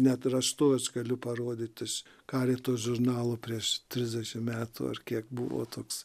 net ir raštu aš galiu parodyti iš karito žurnalo prieš trisdešimt metų ar kiek buvo toks